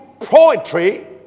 poetry